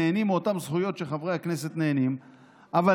נהנים מאותן זכויות שחברי הכנסת נהנים מהן,